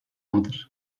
mıdır